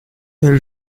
elle